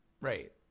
Right